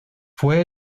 fue